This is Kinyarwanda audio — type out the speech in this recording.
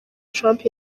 trump